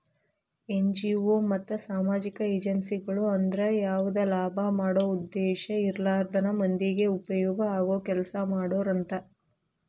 NGO ಮತ್ತ ಸಾಮಾಜಿಕ ಏಜೆನ್ಸಿಗಳು ಅಂದ್ರ ಯಾವದ ಲಾಭ ಮಾಡೋ ಉದ್ದೇಶ ಇರ್ಲಾರ್ದನ ಮಂದಿಗೆ ಉಪಯೋಗ ಆಗೋ ಕೆಲಸಾ ಮಾಡೋರು ಅಂತ